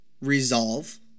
resolve